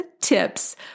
tips